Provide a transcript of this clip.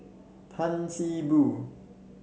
Tan See Boo